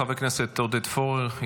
חבר הכנסת עודד פורר,